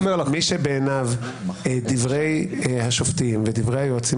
מי שבעיניו דברי השופטים ודברי היועצים